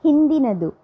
ಹಿಂದಿನದು